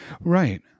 Right